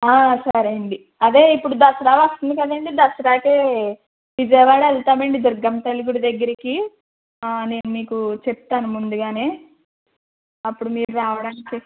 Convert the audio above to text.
సరే అండి అదే ఇప్పుడు దసరా వస్తుంది కదండి దసరాకి విజయవాడ వెళ్తామండి దుర్గమ్మ తల్లి గుడి దగ్గిరకి నేను మీకు చెప్తాను ముందుగానే అప్పుడు మీరు రావడానికి